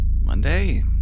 Monday